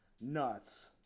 nuts